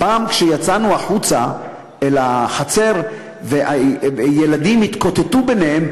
פעם כשיצאנו החוצה אל החצר והילדים התקוטטו ביניהם,